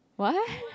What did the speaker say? what